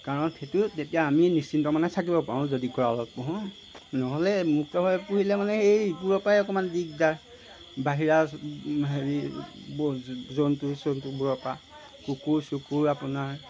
কাৰণ সেইটো তেতিয়া আমি নিচিন্তমনে থাকিব পাৰোঁ যদি গঁৰালত পোহোঁ নহ'লে মুক্তভাৱে পুহিলে মানে এই এইবোৰৰ পৰাই অকণমান দিগদাৰ বাহিৰা হেৰি জন্তু চন্তুবোৰৰ পা কুকুৰ চুকুৰ আপোনাৰ